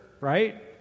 right